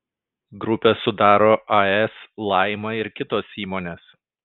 grupę sudaro as laima ir kitos įmonės